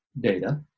data